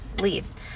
leaves